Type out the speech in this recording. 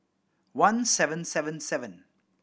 one seven seven seven